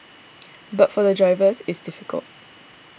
but for the drivers it's difficult